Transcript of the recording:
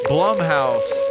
Blumhouse